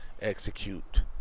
execute